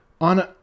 on